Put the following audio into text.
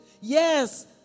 yes